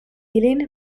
ilin